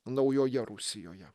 naujoje rusijoje